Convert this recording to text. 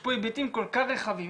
יש פה היבטים כל כך רחבים,